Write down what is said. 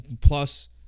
plus